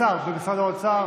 השר במשרד האוצר